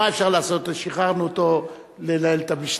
מה אפשר לעשות, שחררנו אותו לנהל את המשטרה,